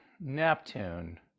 Neptune